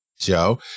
Joe